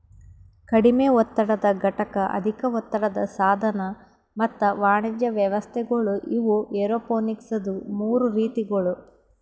ಕಡಿಮೆ ಒತ್ತಡದ ಘಟಕ, ಅಧಿಕ ಒತ್ತಡದ ಸಾಧನ ಮತ್ತ ವಾಣಿಜ್ಯ ವ್ಯವಸ್ಥೆಗೊಳ್ ಇವು ಏರೋಪೋನಿಕ್ಸದು ಮೂರು ರೀತಿಗೊಳ್